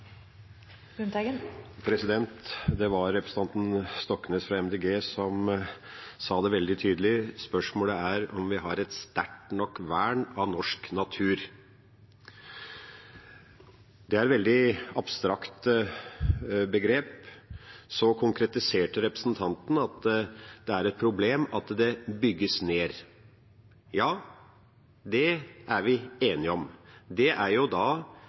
verdig. Det var representanten Stoknes fra MDG som sa det veldig tydelig: Spørsmålet er om vi har et sterkt nok vern av norsk natur. Det er et veldig abstrakt begrep. Så konkretiserte representanten med at det er et problem at det bygges ned. Ja, det er vi enige om. Det er da